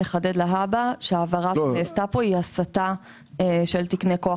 נחדד להבא שההעברה שנעשתה פה היא הסטה של תקני כוח